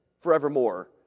forevermore